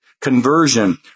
conversion